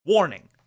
Warning